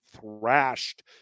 thrashed